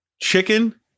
chicken